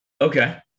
Okay